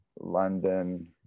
London